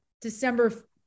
December